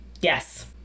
Yes